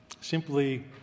Simply